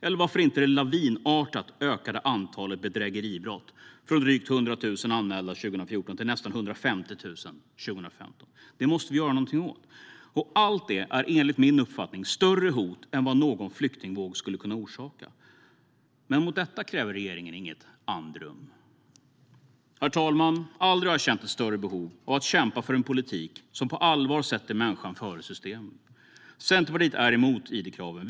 Eller varför inte se på det lavinartat ökande antalet bedrägeribrott, från drygt 100 000 anmälda år 2014 till nästan 150 000 år 2015, som vi måste göra något åt. Allt detta är enligt min uppfattning större hot än vad någon flyktingvåg skulle kunna orsaka. Men för detta kräver regeringen inget andrum. Herr talman! Aldrig har jag känt ett större behov av att kämpa för en politik som på allvar sätter människan före systemen. Centerpartiet är emot id-kraven.